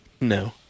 No